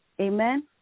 Amen